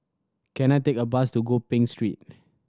can I take a bus to Gopeng Street